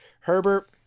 Herbert